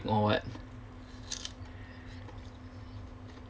or what